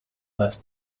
less